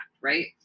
right